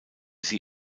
sie